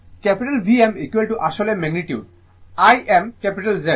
তো Vm আসলে magnitude Im Z